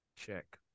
Check